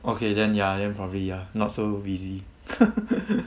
okay then ya then probably ya not so busy